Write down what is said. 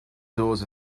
doors